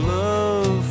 love